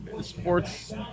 sports